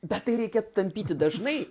bet tai reikia tampyti dažnai